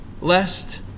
lest